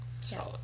solid